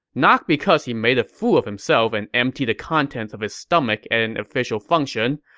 not because he made a fool of himself and emptied the content of his stomach at an official function,